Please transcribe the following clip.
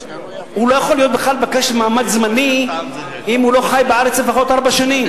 הוא לא יכול להיות בכלל במעמד זמני אם הוא לא חי בארץ לפחות ארבע שנים.